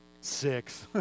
six